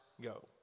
go